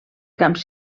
camps